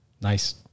nice